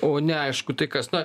o neaišku tai kas na